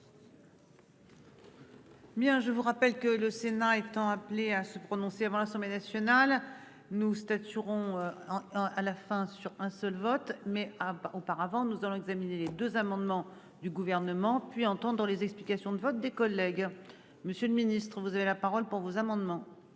Bien, je vous rappelle que le Sénat étant appelés à se prononcer avant l'assemblée nationale nous statueront en à la fin sur un seul vote mais auparavant nous allons examiner les 2 amendements du gouvernement, puis dans les explications de vote, des collègues, Monsieur le Ministre, vous avez la parole pour vos amendements.